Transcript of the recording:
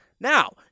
Now